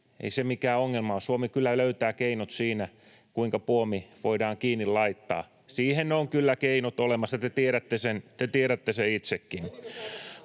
ei se mikään ongelma ole: Suomi kyllä löytää keinot, kuinka puomi voidaan kiinni laittaa. Siihen on kyllä keinot olemassa, te tiedätte sen itsekin.